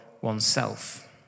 oneself